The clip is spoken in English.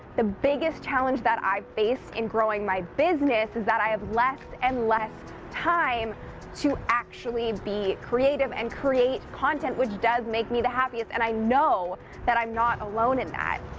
the biggest challenge that i face in growing my business is that i have less and less time to actually be creative and create content which does make me the happiest. and i know that i'm not alone in that.